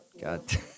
God